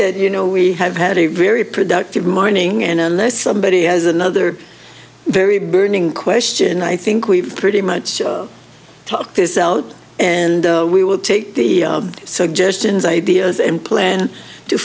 that you know we have had a very productive morning and unless somebody has another very burning question i think we've pretty much talk this out and we will take the suggestions ideas and plan to